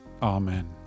Amen